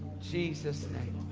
jesus name.